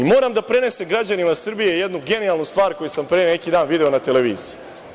Moram da prenesem građanima Srbije jednu genijalnu stvar koju sam pre neki dan video na televiziji.